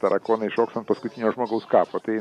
tarakonai šoks ant paskutinio žmogaus kapo tai